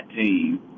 team